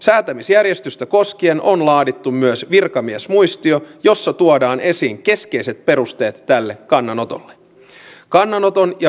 haluan loppuun vielä kiittää myös sisäministeri petteri orpoa tilanteeseen nähden riittävän ripeistä toimista tässä yllättävässä tilanteessa